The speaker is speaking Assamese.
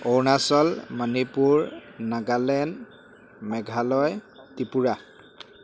অৰুণাচল মণিপুৰ নাগালেণ্ড মেঘালয় ত্ৰিপুৰা